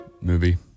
movie